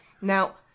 now